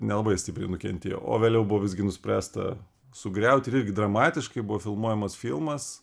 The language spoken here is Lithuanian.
nelabai stipriai nukentėjo o vėliau buvo visgi nuspręsta sugriauti ir irgi dramatiškai buvo filmuojamas filmas